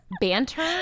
banter